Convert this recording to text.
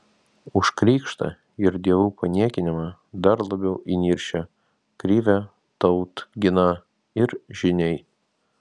už krikštą ir dievų paniekinimą dar labiau įniršę krivė tautgina ir žyniai